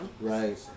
Right